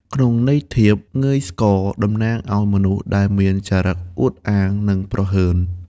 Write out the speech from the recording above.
ក្នុងន័យធៀប «ងើយស្កក» តំណាងឱ្យមនុស្សដែលមានចរិតអួតអាង និងព្រហើន។